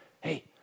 hey